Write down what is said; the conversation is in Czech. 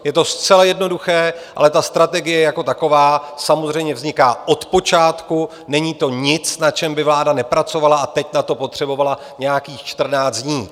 Je to zcela jednoduché, ale ta strategie jako taková samozřejmě vzniká od počátku, není to nic, na čem by vláda nepracovala a teď na to potřebovala nějakých 14 dní.